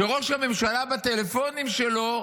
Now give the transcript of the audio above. שראש הממשלה, בטלפונים שלו,